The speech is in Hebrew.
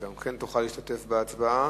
ההצעה להעביר את הנושא לוועדת הכלכלה נתקבלה.